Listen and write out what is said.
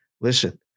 Listen